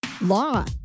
Law